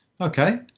Okay